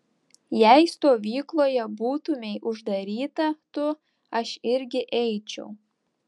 jei stovykloje būtumei uždaryta tu aš irgi eičiau